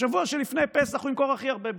בשבוע שלפני פסח הוא ימכור הכי הרבה בירה.